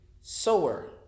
sower